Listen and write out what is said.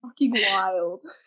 wild